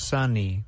Sunny